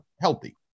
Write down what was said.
healthy